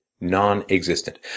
non-existent